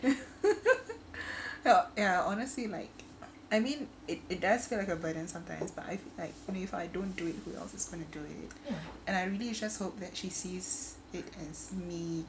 ya ya honestly like I mean it it does feel like a burden sometimes by I feel like if I don't do it who else is going to do it and I really you just hope that she sees it as me